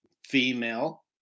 female